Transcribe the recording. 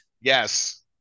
Yes